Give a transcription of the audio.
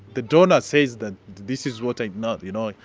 the donor says that this is what i know, you know?